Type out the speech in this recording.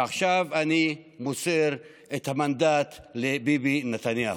ועכשיו אני מוסר את המנדט לביבי נתניהו?